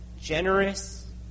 generous